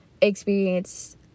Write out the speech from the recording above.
experience